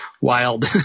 wild